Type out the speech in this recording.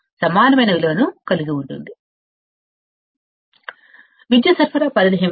కు సమానమైన విలువను కలిగి ఉంటుంది విద్యుత్ సరఫరా రేంజ్ ఏమిటి